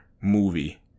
movie